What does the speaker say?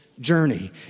journey